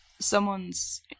someone's